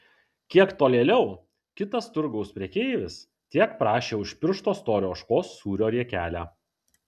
kiek tolėliau kitas turgaus prekeivis tiek prašė už piršto storio ožkos sūrio riekelę